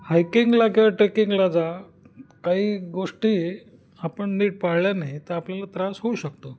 हायकिंगला किंवा ट्रेकिंगला जा काही गोष्टी हे आपण नीट पाळल्या नाहीत तर आपल्याला त्रास होऊ शकतो